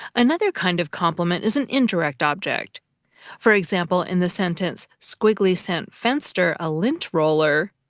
another kind of complement is an indirect object for example, in the sentence squiggly sent fenster a lint roller,